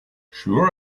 sure